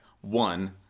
One